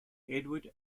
edward